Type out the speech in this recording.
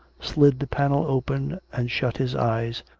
slid the panel open and shut his eyes,